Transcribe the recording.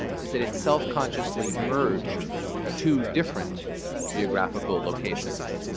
is that it self-consciously merged two different geographical locations.